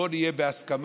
בוא נהיה בהסכמה,